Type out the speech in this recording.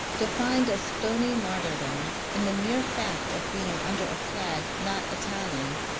to find a stony martyrdom in the mere fact of being under a flag not italian.